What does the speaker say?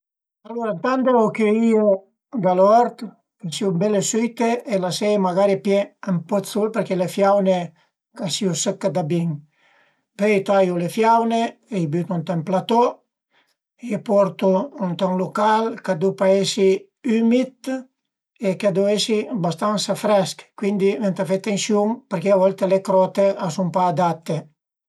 Alura drant devu cüìe da l'ort ch'a sìu bele süite e lasele magari pìé ën po d'sul përché le fiaune ch'a sìu sëcche da bin, pöi a i taiu le fiaune e i bütu ënt ün platò e i portu ënt ün lucal ch'a deu pa esi ümid e ch'a deu esi bastansa fresch, cuindi ëntà fe atensiun përché a volta le crote a sun pa adatte